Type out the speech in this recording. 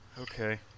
Okay